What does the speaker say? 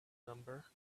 number